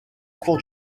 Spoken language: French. cour